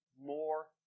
more